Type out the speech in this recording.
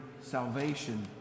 salvation